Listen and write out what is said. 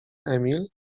emil